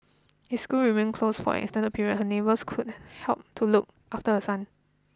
is school remain closed for extended period her neighbours could help to look after her son